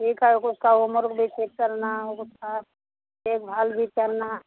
ठीक है उसकी उम्र भी ठीक करना है उसका देखभाल भी करना